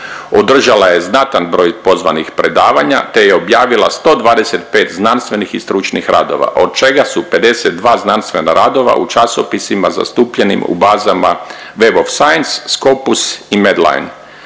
Održala je znatan broj pozvanih predavanja te je objavila 125 znanstvenih i stručnih radova od čega su 52 znanstvena radova u časopisima zastupljenim u bazama Web of Science, Scopus i Medline.